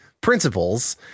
principles